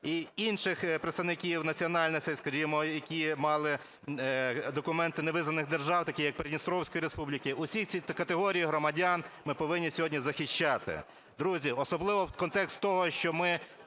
і інших представників національностей, які мали документи невизнаних держав, таких як Придністровської республіки. Всі ці категорії громадян ми повинні сьогодні захищати. Друзі, особливо в контексті того, що ми